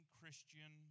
Christian